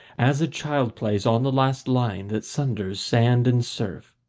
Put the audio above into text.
as a child plays on the last line that sunders sand and surf.